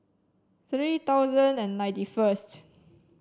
three thousand and ninety first